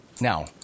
now